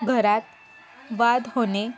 घरात वाद होणे